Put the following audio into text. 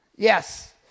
Yes